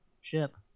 ship